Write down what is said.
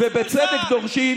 מי שתומך בכיבוש לא יכול להטיף מוסר.